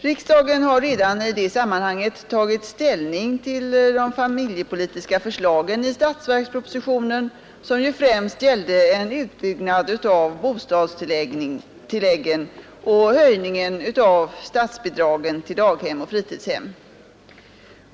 Riksdagen har redan i det sammanhanget tagit ställning till de familjepolitiska förslagen i statsverkspropositionen som ju främst gällde en utbyggnad av bostadstilläggen och höjningen av statsbidragen till daghem och fritidshem.